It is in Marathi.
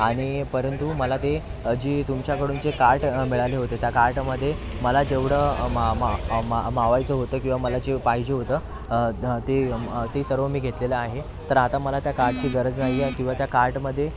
आणि परंतु मला ते जी तुमच्याकडून जे कार्ट मिळाले होते त्या कार्टमध्ये मला जेवढं मा मा मा मावायचं होतं किंवा मला जे पाहिजे होतं ते ते सर्व मी घेतलेलं आहे तर आता मला त्या कार्टची गरज नाही आहे किंवा त्या कार्टमध्ये